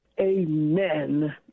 Amen